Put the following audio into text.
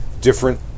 different